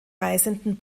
reisenden